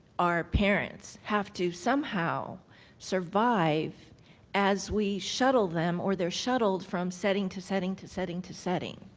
our parents have to somehow survive as we shuttle them, or they're shuttled, from setting to setting to setting to setting.